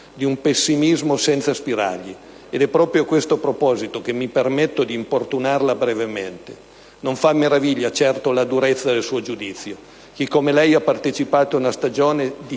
di un pessimismo senza spiragli. Ed è proprio a questo proposito che mi permetto di importunarla brevemente. Non fa meraviglia, certo, la durezza del suo giudizio. Chi, come lei, ha partecipato a una stagione di